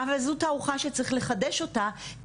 אבל זו תערוכה שצריך לחדש אותה,